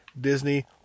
disney